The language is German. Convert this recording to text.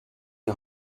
die